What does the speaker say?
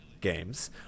games